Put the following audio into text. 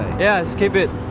yeah keep it.